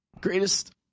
Greatest